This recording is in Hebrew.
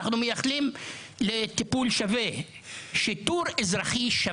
אלא מייחלים לטיפול ולשיטור שווה בין האזרחים.